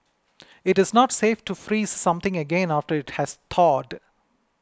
it is not safe to freeze something again after it has thawed